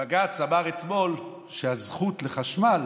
שבג"ץ אמר אתמול שהזכות לחשמל